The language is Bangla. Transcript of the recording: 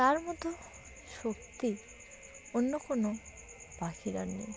তার মতো শক্তি অন্য কোনো পাখির আর নেই